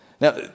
Now